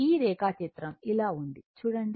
ఈ రేఖాచిత్రం ఇలా ఉంది చూడండి